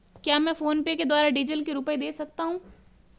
क्या मैं फोनपे के द्वारा डीज़ल के रुपए दे सकता हूं?